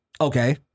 Okay